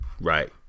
Right